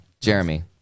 Jeremy